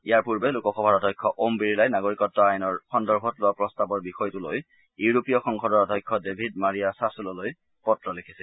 ইয়াৰ পূৰ্বে লোকসভাৰ অধ্যক্ষ ওম বিৰলাই নাগৰিকত্ আইনৰ সন্দৰ্ভত লোৱা প্ৰস্তাৱৰ বিষয়টোলৈ ইউৰোপীয় সংসদৰ অধ্যক্ষ ডেভিড মাৰিয়া ছাচোলীলৈ পত্ৰ লিখিছিল